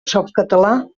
softcatalà